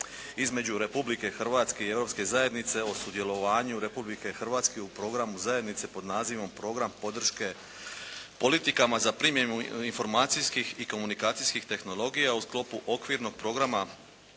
između Republike Hrvatske i Europske zajednice o sudjelovanju Republike Hrvatske u programu zajednice pod nazivom "Program podrške politikama za primjenu informacijskih i komunikacijskih tehnologija u sklopu Okvirnog programa